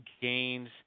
gains